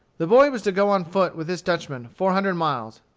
the boy was to go on foot with this dutchman four hundred miles,